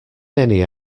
many